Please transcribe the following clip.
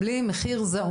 ממשיך גם במסגרות.